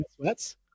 sweats